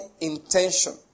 intention